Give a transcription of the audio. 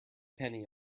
penny